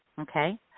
Okay